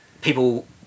people